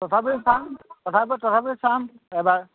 তথাপি চাম তথাপি তথাপি চাম এবাৰ